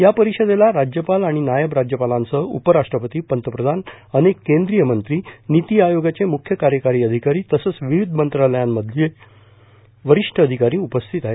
या परिषदेला राज्यपाल आणि नायब राज्यपालांसह उपराष्ट्रपती पंतप्रधान अनेक केंद्रीय मंत्री निती आयोगाचे मुख्य कार्यकारी अधिकारी तसंच विविध मंत्रालयांमधले वरिष्ठ अधिकारी उपस्थित आहेत